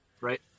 Right